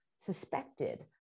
suspected